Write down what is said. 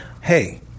Hey